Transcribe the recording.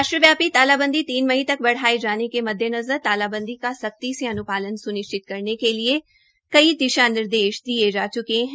राष्ट्रव्यापी तालांबंदी तीन मई तक बढ़ाये जाने के मद्देनज़र तालाबंदी का सख्ती से अन्पालन स्निश्चित करने के लिए कई दिशा निर्देश दिये जा च्के है